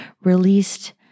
released